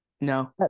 No